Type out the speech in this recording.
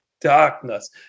darkness